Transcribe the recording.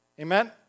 Amen